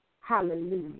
Hallelujah